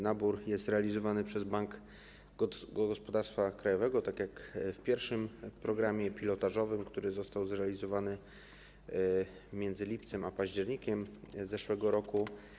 Nabór jest realizowany przez Bank Gospodarstwa Krajowego, tak jak w pierwszym programie pilotażowym, który został zrealizowany między lipcem a październikiem zeszłego roku.